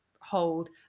hold